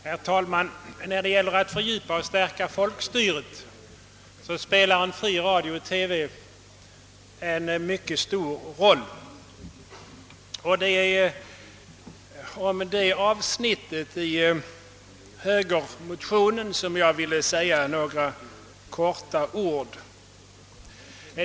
Herr talman! När det gäller att fördjupa och stärka folkstyret spelar en fri radio-TV mycket stor roll. Det är här vill säga några ord om.